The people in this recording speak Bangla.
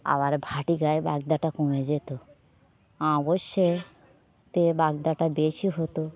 আবার ভাটি গায়ে বাগদাটা কমে যেত অবশ্যই এতে বাগদাটা বেশি হতো